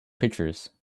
pictures